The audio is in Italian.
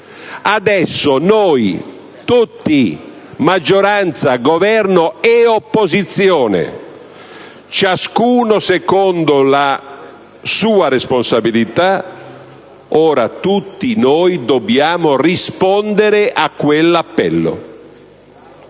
Adesso noi tutti, maggioranza, Governo e opposizione, ciascuno secondo la sua responsabilità, dobbiamo rispondere a quell'appello.